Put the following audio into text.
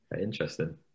interesting